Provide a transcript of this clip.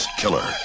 killer